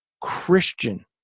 christian